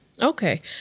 Okay